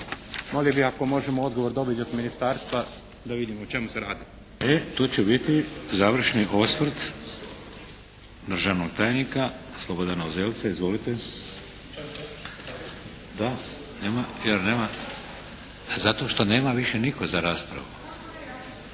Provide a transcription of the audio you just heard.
Molio bih ako možemo odgovor dobiti od ministarstva da vidimo o čemu se radi. **Šeks, Vladimir (HDZ)** E to će biti završni osvrt državnog tajnika Slobodana Uzelca. Izvolite. Zato što nema više nitko za raspravu.